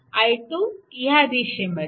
i2 ह्या दिशेमध्ये